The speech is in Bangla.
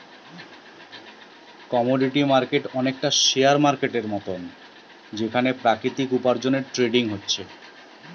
কমোডিটি মার্কেট অনেকটা শেয়ার মার্কেটের মতন যেখানে প্রাকৃতিক উপার্জনের ট্রেডিং হচ্ছে